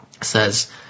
says